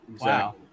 wow